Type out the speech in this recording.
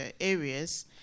areas